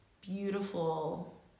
beautiful